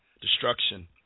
destruction